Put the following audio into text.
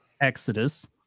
Exodus